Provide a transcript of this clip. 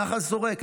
נחל שורק,